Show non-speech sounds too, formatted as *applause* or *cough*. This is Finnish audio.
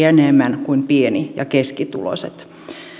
*unintelligible* enemmän kuin pieni ja keskituloiset